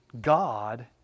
God